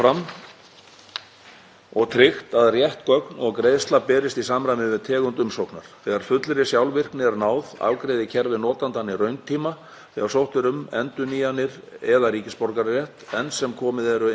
þegar sótt er um endurnýjanir eða ríkisborgararétt. Enn sem komið eru innskráningar í kerfið háðar island.is sem ekki er komið með aðgengi fyrir fólk sem er án kennitölu og unnið er að úrlausnum í þeim efnum. Fleiri kostir eru til staðar.